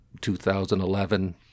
2011